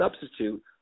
substitute